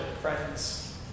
friends